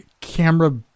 camera